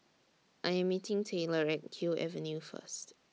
I Am meeting Tayler At Kew Avenue First